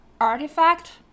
artifact